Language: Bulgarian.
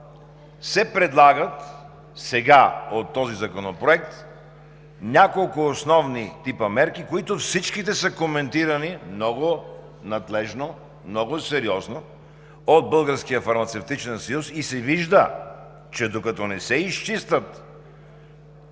се предлагат сега, от този законопроект, няколко основни типа мерки, като всичките са коментирани много надлежно, много сериозно от Българския фармацевтичен съюз и се вижда, че докато не се изчистят